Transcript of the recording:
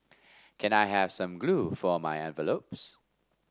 can I have some glue for my envelopes